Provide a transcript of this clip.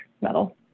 metal